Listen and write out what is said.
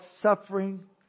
suffering